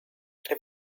have